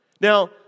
Now